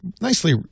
Nicely